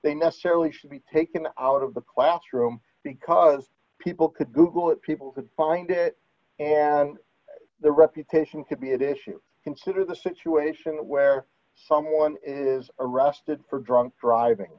they necessarily should be taken out of the classroom because people could google it people could find that the reputation to be at issue consider the situation where someone is arrested for drunk driving